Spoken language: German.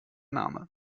name